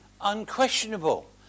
unquestionable